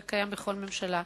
זה קיים בכל ממשלה,